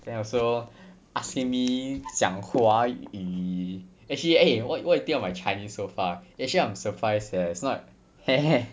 then also asking me 讲华语 actually eh what you what you think of my chinese so far actually I'm surprised eh it's not